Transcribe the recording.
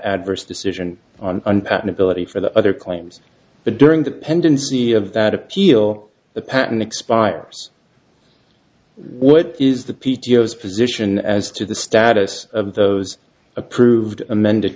adverse decision on an patentability for the other claims but during the pendency of that appeal the patent expires what is the p t o s position as to the status of those approved amended